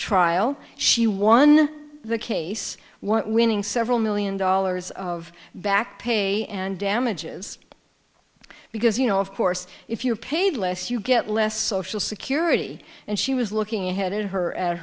trial she won the case what winning several million dollars of back pay and damages because you know of course if you're paid less you get less social security and she was looking ahead at her and